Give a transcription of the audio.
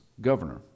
governor